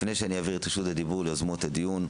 לפני שאני אעביר את רשות הדיבור ליוזמות הדיון,